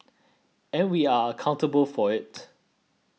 and we are accountable for it